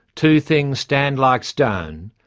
two things stand like stone,